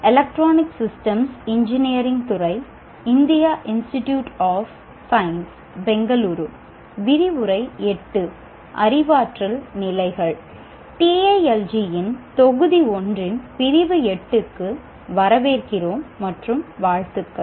TALG இன் தொகுதி 1 இன் பிரிவு 8 க்கு வரவேற்கிறோம் மற்றும் வாழ்த்துக்கள்